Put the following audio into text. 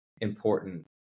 important